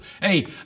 Hey